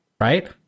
right